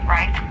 Right